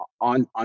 on